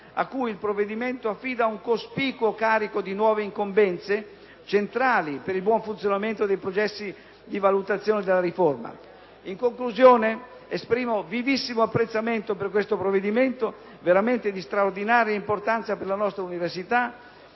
a cui il provvedimento affida un cospicuo carico di nuove incombenze, centrali per il buon funzionamento dei processi di valutazione della riforma. In conclusione, esprimo vivissimo apprezzamento per questo provvedimento, veramente di straordinaria importanza per la nostra università,